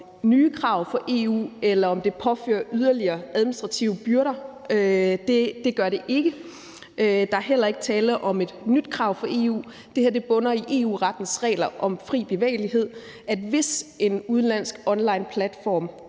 nye krav fra EU, eller om det påfører yderligere administrative byrder, og til det kan jeg svare, at det gør det ikke. Der er heller ikke tale om et nyt krav fra EU. Det her bunder i EU-rettens regler om fri bevægelighed, og hvis en udenlandsk onlineplatform